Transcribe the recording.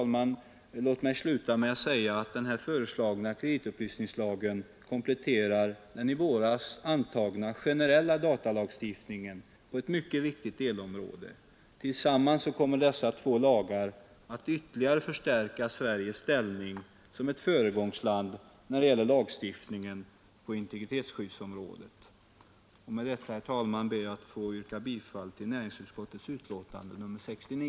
Låt mig sluta med att säga att den föreslagna kreditupplysningslagen kompletterar den i våras antagna generella datalagstiftningen på ett mycket viktigt delområde. Tillsammans kommer dessa två lagar att ytterligare förstärka Sveriges ställning som ett föregångsland när det gäller lagstiftningen på integritetsskyddsområdet. Med detta, herr talman, ber jag att få yrka bifall till näringsutskottets hemställan i betänkande nr 69.